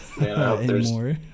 anymore